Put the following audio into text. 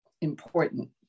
important